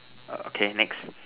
okay next